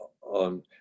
on